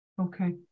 Okay